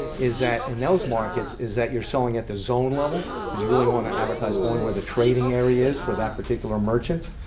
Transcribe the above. is that in those markets is that you're selling at the zone level because you really want to advertise only where the trading area is for that particular merchant.